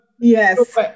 yes